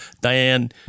Diane